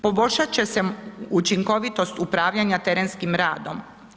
Poboljšat će se učinkovitost upravljanja terenskim radom.